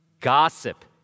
Gossip